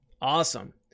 Awesome